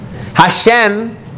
Hashem